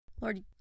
Lord